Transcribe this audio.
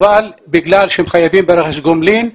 אבל בגלל שהם חייבים ברכש גומלין,